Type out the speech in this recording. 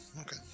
Okay